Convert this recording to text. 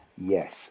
Yes